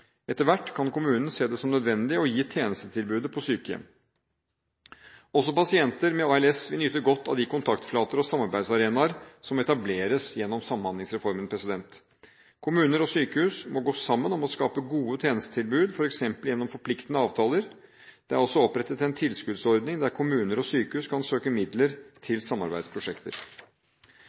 Etter hvert kan kommunen se det som nødvendig å gi tjenestetilbudet på sykehjem. Også pasienter med ALS vil nyte godt av de kontaktflater og samarbeidsarenaer som etableres gjennom Samhandlingsreformen. Kommuner og sykehus må gå sammen om å skape gode tjenestetilbud, f.eks. gjennom forpliktende avtaler. Det er også opprettet en tilskuddsordning der kommuner og sykehus kan søke midler til samarbeidsprosjekter.